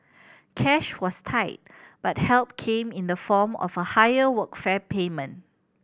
cash was tight but help came in the form of a higher workfare payment